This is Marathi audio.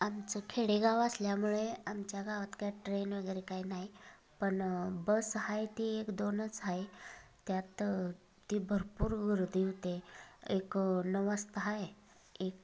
आमचं खेडेगाव असल्यामुळे आमच्या गावात काय ट्रेन वगैरे काही नाही पण बस आहेत एक दोनच आहे त्यात ती भरपूर गर्दी होते एक नऊ वाजता आहे एक